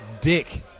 Dick